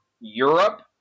Europe